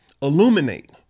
illuminate